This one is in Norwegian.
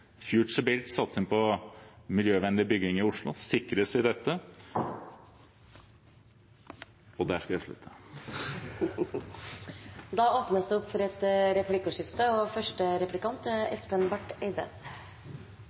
satsing på miljøvennlig bygging i Oslo, sikres i dette – og der får jeg slutte. Det blir replikkordskifte. Representanten Elvestuen sa, med rette, at vi trenger et taktskifte i norsk klimapolitikk, og det er